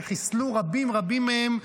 וחיסלו רבים רבים מהם,